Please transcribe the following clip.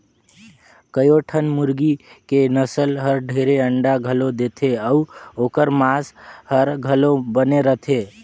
कयोठन मुरगी के नसल हर ढेरे अंडा घलो देथे अउ ओखर मांस हर घलो बने रथे